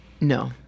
No